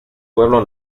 pueblo